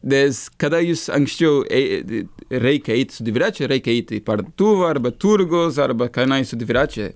nes kada jūs anksčiau ei reikia eit su dviračiu reikia eiti į parduotuvę arba turgaus arba kanais su dviračiai